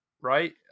right